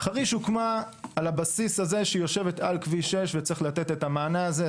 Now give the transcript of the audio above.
חריש הוקמה על הבסיס הזה שהיא יושבת על כביש 6 וצריך לתת את המענה הזה.